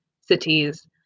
cities